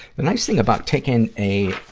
the nice thing about taking a,